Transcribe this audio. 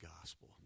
gospel